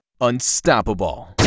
unstoppable